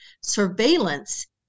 surveillance